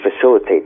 facilitate